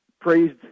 praised